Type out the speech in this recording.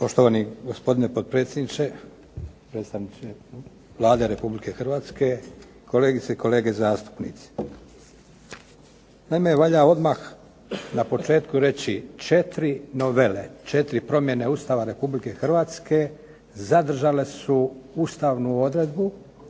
Poštovani gospodine potpredsjedniče, predstavniče Vlade Republike Hrvatske, kolegice i kolege zastupnici. Naime, valja odmah na početku reći četiri nove, četiri promjene Ustava Republike Hrvatske zadržale su ustavnu odredbu